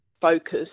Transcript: focus